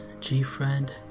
G-Friend